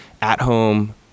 at-home